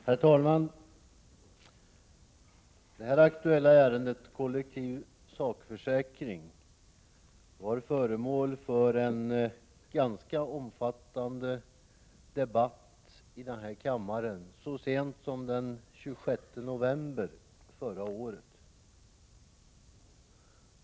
Herr talman! Det här aktuella ärendet om kollektiv sakförsäkring var föremål för en ganska omfattande debatt i kammaren så sent som den 26 november förra året.